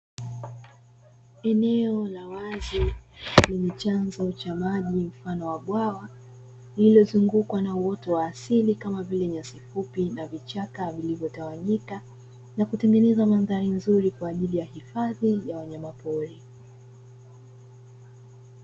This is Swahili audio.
Eneo la wazi ambalo ni chanzo cha maji mfano wa bwawa. Limezungukwa na uoto wa asili kama vile nisfu na vichaka vilivyotawanywa na kutengeneza mandhari nzuri kwa ajili ya wanyamapori na hifadhi.